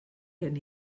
gen